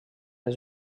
his